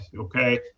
Okay